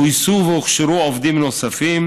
וגויסו והוכשרו עובדים נוספים,